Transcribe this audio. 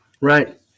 right